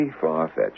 far-fetched